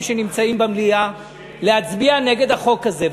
שנמצאים במליאה להצביע נגד החוק הזה.